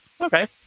Okay